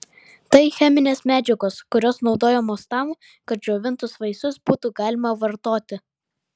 tai cheminės medžiagos kurios naudojamos tam kad džiovintus vaisius būtų galima vartoti